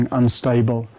unstable